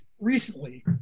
recently